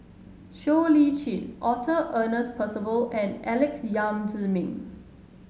Siow Lee Chin Arthur Ernest Percival and Alex Yam Ziming